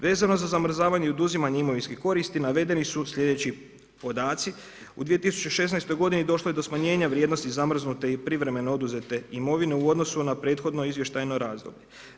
Vezano za zamrzavanje i oduzimanje imovinski koristi, navedeni su slijedeći podaci, u 2016. g. došlo je do smanjenje vrijednosti zamrznute i privremene oduzete imovine u odnosu na prethodno izvještajno razdoblje.